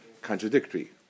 contradictory